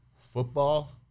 Football